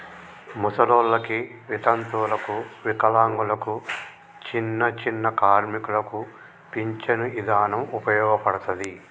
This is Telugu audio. ముసలోల్లకి, వితంతువులకు, వికలాంగులకు, చిన్నచిన్న కార్మికులకు పించను ఇదానం ఉపయోగపడతది